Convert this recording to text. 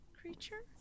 creature